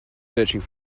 searching